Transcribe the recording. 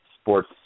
sports